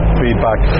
feedback